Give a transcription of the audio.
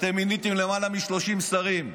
אתם מיניתם למעלה מ-30 שרים.